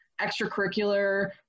extracurricular